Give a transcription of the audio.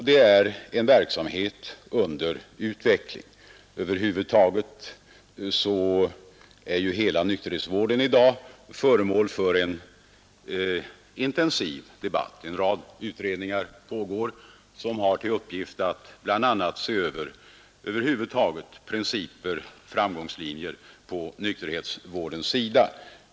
Denna verksamhet är under utveckling. Hela nykterhetsvården är ju i dag föremål för en intensiv debatt. En rad utredningar pågår, som har till uppgift att bl.a. se över principer och framgångslinjer på nykterhetsvårdens sida.